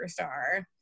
superstar